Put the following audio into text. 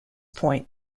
point